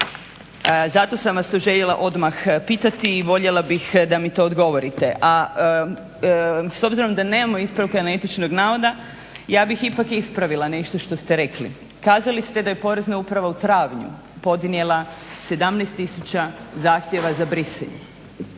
Zato sam vas to željela odmah pitati i voljela bih da mi to odgovorite. A s obzirom da nemamo ispravka netočnog navoda ja bih ipak ispravila nešto što ste rekli. Kazali ste da je Porezna uprava u travnju podnijela 17 tisuća zahtjeva za brisanje.